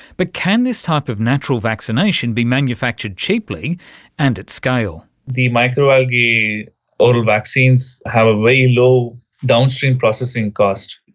but can this type of natural vaccination be manufactured cheaply and at scale? the microalgae oral vaccines have a very low downstream processing cost.